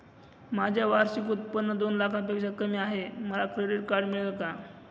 माझे वार्षिक उत्त्पन्न दोन लाखांपेक्षा कमी आहे, मला क्रेडिट कार्ड मिळेल का?